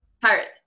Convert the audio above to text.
Pirates